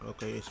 Okay